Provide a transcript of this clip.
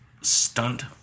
stunt